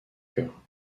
cœur